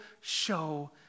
show